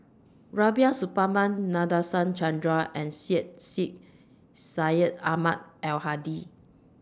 Rubiah Suparman Nadasen Chandra and Syed Sheikh Syed Ahmad Al Hadi